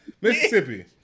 Mississippi